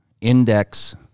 index